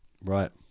right